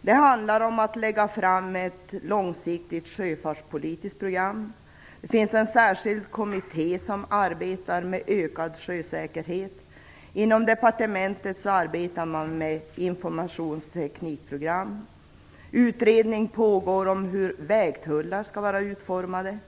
Det handlar om att lägga fram ett långsiktigt sjöfartspolitiskt program. Det finns en särskild kommitté som arbetar med ökad sjösäkerhet. Inom departementet arbetar man med informationsteknikprogram. Utredning pågår om hur vägtullar skall vara utformade.